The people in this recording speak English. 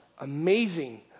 Amazing